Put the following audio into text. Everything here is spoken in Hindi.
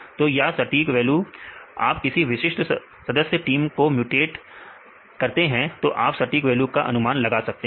तो या सटीक रियल वैल्यू आप किसी विशिष्ट सदस्य टीम को म्यूटेट करते हैं तो आप सटीक वैल्यू को अनुमान लगा सकते हैं